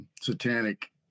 satanic